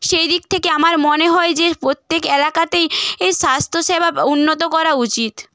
সেই দিক থেকে আমার মনে হয় যে প্রত্যেক এলাকাতেই এই স্বাস্থ্যসেবা বা উন্নত করা উচিত